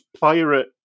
pirate